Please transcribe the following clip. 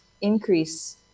increase